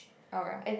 alright